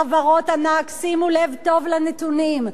חברות ענק, שימו לב טוב לנתונים,